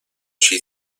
she